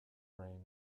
brain